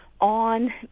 on